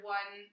one